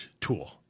tool